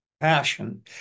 passion